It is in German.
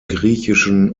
griechischen